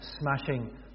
smashing